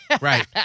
Right